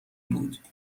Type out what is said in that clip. بود